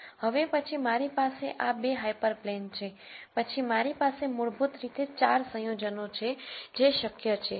હવે પછી મારી પાસે આ 2 હાયપરપ્લેન છે પછી મારી પાસે મૂળભૂત રીતે 4 સંયોજનો છે જે શક્ય છે